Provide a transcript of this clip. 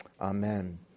Amen